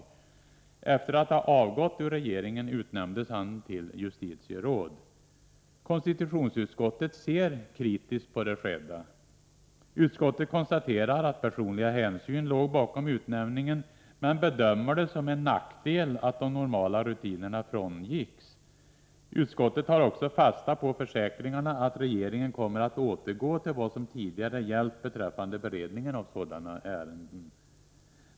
Efter att ha avgått ur regeringen utnämndes han till justitieråd. Konstitutionsutskottet ser kritiskt på det skedda. Utskottet konstaterar att personliga hänsyn låg bakom utnämningen, men bedömer det som en nackdel att de normala rutinerna frångicks. Utskottet tar också fasta på försäkringarna att regeringen kommer att återgå till vad som tidigare gällt beträffande beredningen av sådana ärenden.